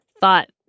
thought